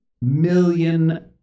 million